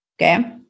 okay